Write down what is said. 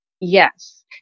yes